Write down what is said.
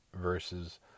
versus